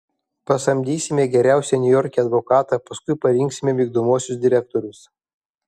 pasamdysime geriausią niujorke advokatą paskui parinksime vykdomuosius direktorius